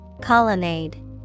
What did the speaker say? colonnade